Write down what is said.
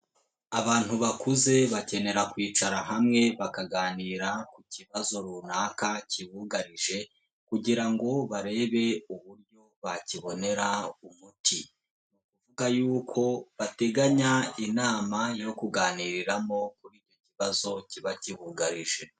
Abantu bakuze bakenera kwicara hamwe bakaganira ku kibazo runaka kibugarije kugira ngo barebe uburyo bakibonera umuti. Bivuga yuko bateganya inama yo kuganiriramo ikibazo kiba kibugarije.